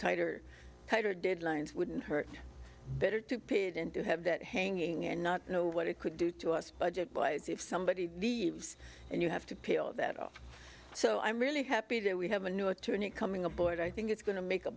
tighter tighter deadlines wouldn't hurt better to pitt and to have that hanging and not know what it could do to us budget wise if somebody leaves and you have to pay all that off so i'm really happy that we have a new attorney coming aboard i think it's going to make a